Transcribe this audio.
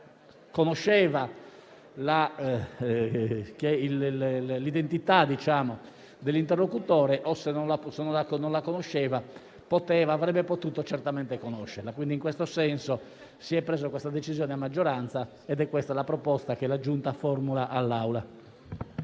conosceva l'identità dell'interlocutore o, in caso negativo, avrebbe potuto certamente conoscerla. Questo è il senso con cui si è preso la decisione a maggioranza ed è questa la proposta che la Giunta formula all'Assemblea.